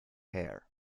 hair